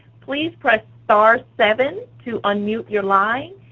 please press star-seven to unmute your line,